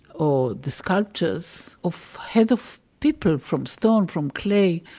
or the sculptures of heads of people, from stone, from clay.